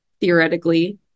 theoretically